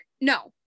No